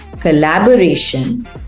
collaboration